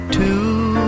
two